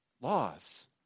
laws